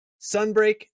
Sunbreak